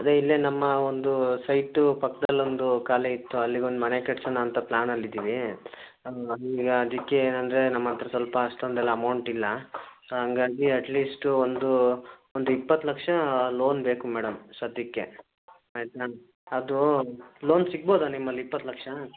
ಅದೇ ಇಲ್ಲೇ ನಮ್ಮ ಒಂದು ಸೈಟು ಪಕ್ದಲ್ಲಿ ಒಂದು ಖಾಲಿ ಇತ್ತು ಅಲ್ಲಿಗೊಂದು ಮನೆ ಕಟ್ಸೋಣ ಅಂತ ಪ್ಲ್ಯಾನಲ್ಲಿದೀವಿ ಅದು ಈಗ ಅದಕ್ಕೆ ಏನೂಂದ್ರೆ ನಮ್ಮ ಹತ್ರ ಸ್ವಲ್ಪ ಅಷ್ಟೊಂದೆಲ್ಲ ಅಮೌಂಟ್ ಇಲ್ಲ ಹಾಗಾಗಿ ಅಟ್ ಲೀಸ್ಟ್ ಒಂದು ಒಂದು ಇಪ್ಪತ್ತು ಲಕ್ಷ ಲೋನ್ ಬೇಕು ಮೇಡಮ್ ಸದ್ಯಕ್ಕೆ ಆಯಿತಾ ಅದು ಲೋನ್ ಸಿಗ್ಬೋದಾ ನಿಮ್ಮಲ್ಲಿ ಇಪ್ಪತ್ತು ಲಕ್ಷ